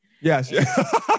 yes